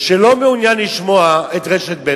שלא מעוניין לשמוע את רשת ב',